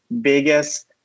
biggest